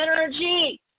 energy